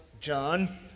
John